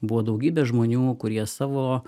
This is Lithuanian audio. buvo daugybė žmonių kurie savo